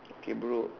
okay bro